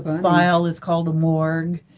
file is called the morgue.